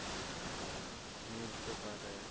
ᱟᱨ ᱨᱮ